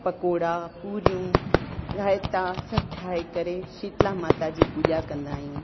पकोड़ा पूरियूं रायता सभु ठाहे करे शीतला माता जी पूॼा कंदा आहियूं